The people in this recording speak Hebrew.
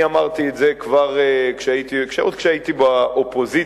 אני אמרתי את זה עוד כשהייתי באופוזיציה,